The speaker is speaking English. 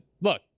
look